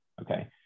Okay